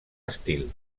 estil